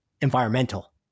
environmental